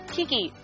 Kiki